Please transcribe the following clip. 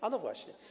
Ano właśnie.